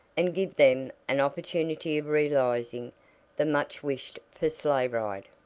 and give them an opportunity of realizing the much wished for sleigh ride.